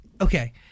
Okay